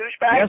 Yes